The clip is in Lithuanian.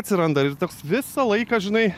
atsiranda ir toks visą laiką žinai